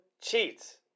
cheats